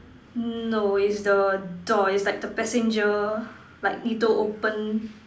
no is the door is like the passenger like he don't open